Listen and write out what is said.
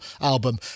album